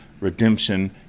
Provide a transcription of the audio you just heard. redemption